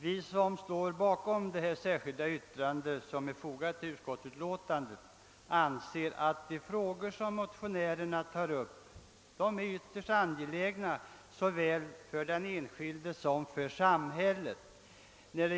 Vi som har avgivit det förra anser att de frågor beträffande missanpassade ungdomar som motionärerna tar upp är ytterst angelägna såväl för den enskilde som för samhället.